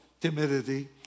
timidity